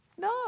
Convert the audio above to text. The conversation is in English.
No